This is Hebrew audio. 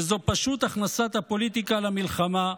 וזה פשוט הכנסת הפוליטיקה למלחמה,